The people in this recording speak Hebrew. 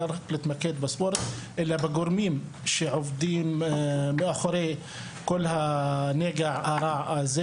לא צריך להתמקד רק בספורט אלא בגורמים שעומדים מאחורי כל הנגע הרע הזה